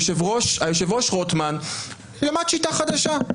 היושב-ראש רוטמן למד שיטה חדשה,